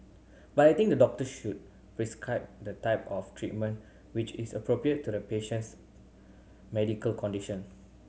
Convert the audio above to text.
but I think doctors should prescribe the type of treatment which is appropriate to the patient's medical condition